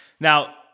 Now